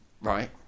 Right